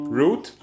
root